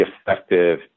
effective